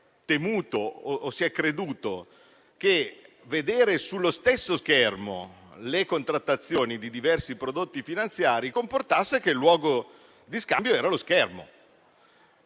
temuto o si è creduto che vedere sullo stesso schermo le contrattazioni di diversi prodotti finanziari comportasse che il luogo di scambio fosse lo schermo,